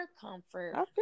comfort